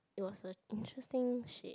it was a interesting shape